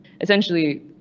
essentially